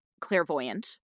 clairvoyant